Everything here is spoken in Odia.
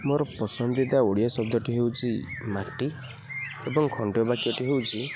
ମୋର ପସନ୍ଦିତା ଓଡ଼ିଆ ଶବ୍ଦଟି ହେଉଛି ମାଟି ଏବଂ ଖଣ୍ଡ ବାକ୍ୟଟି ହେଉଛି